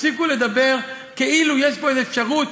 תפסיקו לדבר כאילו יש פה אפשרות,